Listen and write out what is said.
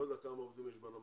לא יודע כמה עובדים יש בנמל,